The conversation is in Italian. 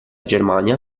germania